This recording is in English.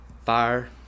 fire